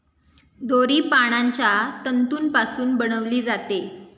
दोरी पानांच्या तंतूपासून बनविली जाते